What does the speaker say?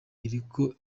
iriko